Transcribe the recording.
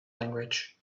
language